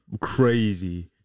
crazy